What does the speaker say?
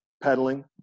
Pedaling